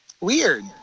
weird